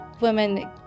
Women